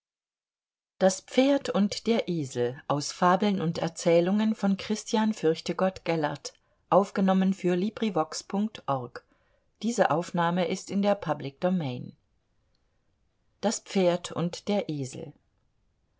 und droht und